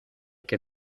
que